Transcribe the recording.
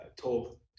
told